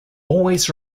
always